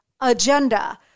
agenda